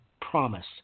promise